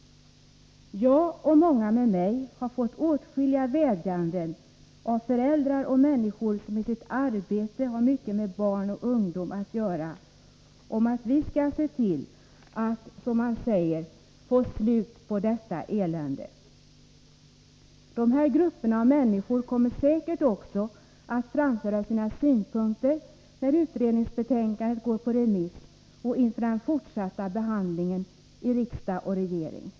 Jag, och många med mig, har fått åtskilliga vädjanden från föräldrar och andra som i sitt arbete har mycket med barn och ungdom att göra om att vi skall se till att, som man säger, få slut på detta elände. De här grupperna kommer säkert också att framföra sina synpunkter när 85 utredningsbetänkandet sänds på remiss och inför den fortsatta behandlingen i riksdag och regering.